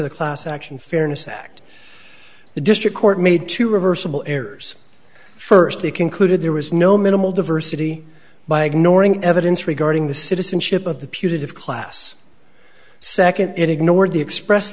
the class action fairness act the district court made two reversible errors firstly concluded there was no minimal diversity by ignoring evidence regarding the citizenship of the putative class second it ignored the express